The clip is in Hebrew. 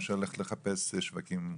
מאשר ללכת לחפש שווקים אחרים.